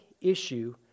issue